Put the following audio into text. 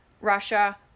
Russia